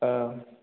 औ